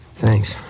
Thanks